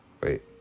wait